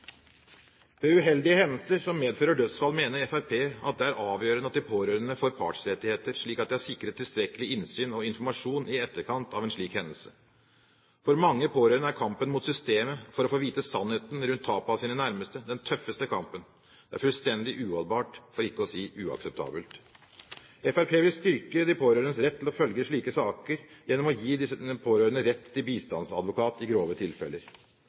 Ved uheldige hendelser som medfører dødsfall, mener Fremskrittspartiet at det er avgjørende at de pårørende får partsrettigheter, slik at de er sikret tilstrekkelig innsyn og informasjon i etterkant av en slik hendelse. For mange pårørende er kampen mot systemet for å få vite sannheten rundt tapet av sine nærmeste den tøffeste kampen. Det er fullstendig uholdbart, for ikke å si uakseptabelt. Fremskrittspartiet vil styrke de pårørendes rett til å følge slike saker gjennom å gi disse pårørende rett til bistandsadvokat i grove tilfeller.